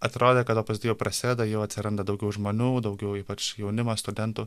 atrodė kad opus dei jau prasideda jau atsiranda daugiau žmonių daugiau ypač jaunimo studentų